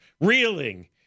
reeling